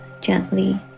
gently